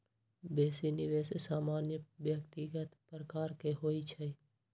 बेशी निवेश सामान्य व्यक्तिगत प्रकार के होइ छइ